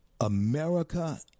America